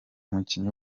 umukinnyi